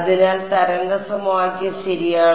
അതിനാൽ തരംഗ സമവാക്യം ശരിയാണ്